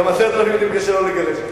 גם 10,000 קשה לו לגרש.